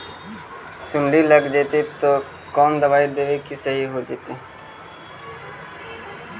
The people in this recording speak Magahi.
सुंडी लग जितै त कोन दबाइ देबै कि सही हो जितै?